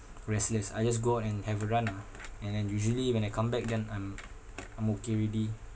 restless I just go out and have a run ah and then usually when I come back then I'm I'm okay already